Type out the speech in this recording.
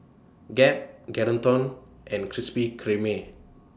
Gap Geraldton and Krispy Kreme